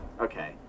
Okay